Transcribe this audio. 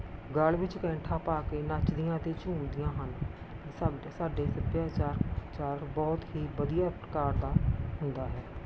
ਗਲ ਵਿੱਚ ਕੈਂਠਾ ਪਾ ਕੇ ਨੱਚਦੀਆਂ ਅਤੇ ਝੂੰਮਦੀਆਂ ਹਨ ਸਭ ਦੇ ਸਾਡੇ ਸੱਭਿਆਚਾਰ ਚਾਰ ਬਹੁਤ ਹੀ ਵਧੀਆ ਪ੍ਰਕਾਰ ਦਾ ਹੁੰਦਾ ਹੈ